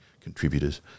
contributors